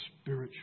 spiritual